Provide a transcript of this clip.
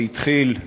זה התחיל,